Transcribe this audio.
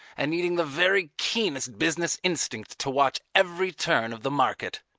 and needing the very keenest business instinct to watch every turn of the market.